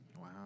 Wow